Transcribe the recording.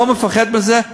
לא מפחד מזה,